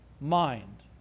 mind